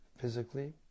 physically